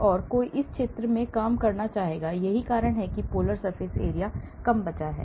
इसलिए कोई इस क्षेत्र में काम करना चाहेगा यही कारण है कि polar surface area कम बचा है